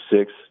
six